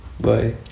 Bye